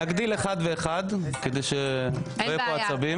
נגדיל אחד ואחד, כדי שלא יהיו פה עצבים.